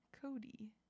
Cody